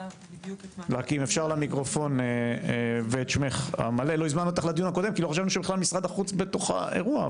לא הזמנו אותך לדיון הקודם כי לא חשבנו שמשרד החוץ בתוך האירוע,